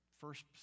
first